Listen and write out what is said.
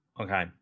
Okay